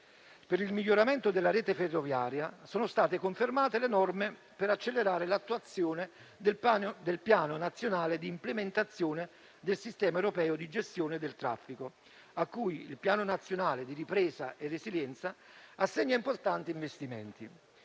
Per il miglioramento della rete ferroviaria sono state confermate le norme per accelerare l'attuazione del Piano nazionale di implementazione del sistema europeo di gestione del traffico, cui il Piano nazionale di ripresa e resilienza assegna importanti investimenti.